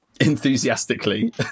Enthusiastically